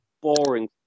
boring